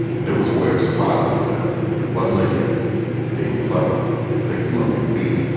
and it was way of survival for them. it wasn't a gimmick being clever thinking on your feet.